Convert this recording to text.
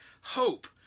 hope